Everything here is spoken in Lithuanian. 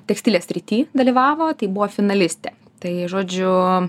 tekstilės srity dalyvavo tai buvo finalistė tai žodžiu